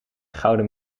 gouden